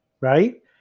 Right